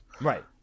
right